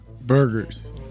Burgers